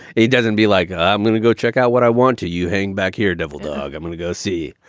it doesn't be like i'm going to go check out what i want to you hang back here, devil dog. i'm going to go see.